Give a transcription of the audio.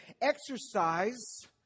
exercise